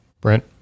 Brent